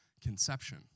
conception